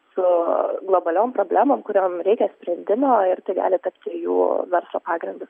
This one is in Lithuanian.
su globaliom problemom kuriom reikia sprendimo ir tai gali tapti jų verslo pagrindu